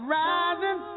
rising